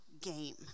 game